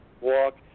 walk